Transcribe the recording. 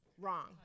Wrong